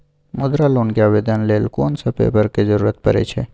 मुद्रा लोन के आवेदन लेल कोन सब पेपर के जरूरत परै छै?